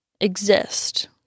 exist